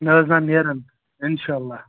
نہَ حظ نہَ نیرَن اِنشاء اللہ